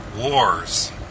wars